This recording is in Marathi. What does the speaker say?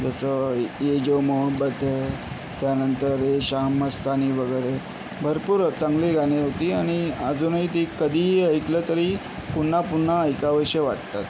जसं ये जो मोहोब्बत है त्यानंतर ये शाम मस्तानी वगैरे भरपूर चांगली गाणी होती आणि अजूनही ती कधीही ऐकलं तरी पुन्हा पुन्हा ऐकावेसे वाटतात